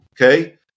okay